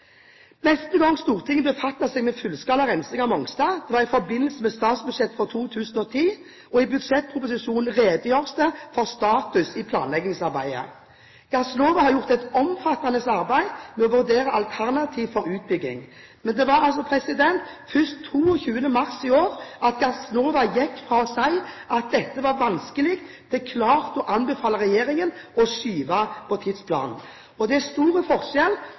Neste gang Stortinget befattet seg med fullskala rensing av Mongstad var i forbindelse med statsbudsjettet for 2010. I budsjettproposisjonen redegjøres det for status i planleggingsarbeidet. Gassnova har gjort et omfattende arbeid med å vurdere alternativer for utbygging. Det var først 22. mars i år Gassnova gikk fra å si at dette var vanskelig til klart å anbefale Regjeringen å skyve på tidsplanen. Det er stor forskjell